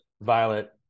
violet